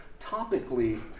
topically